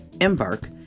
Embark